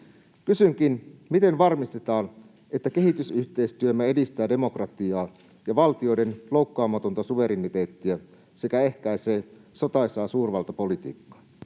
Kysynkin: miten varmistetaan, että kehitysyhteistyömme edistää demokratiaa ja valtioiden loukkaamatonta suvereniteettia sekä ehkäisee sotaisaa suurvaltapolitiikka?